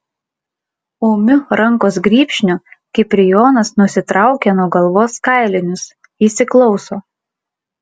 ūmiu rankos grybšniu kiprijonas nusitraukia nuo galvos kailinius įsiklauso